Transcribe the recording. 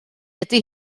ydy